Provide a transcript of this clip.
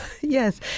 Yes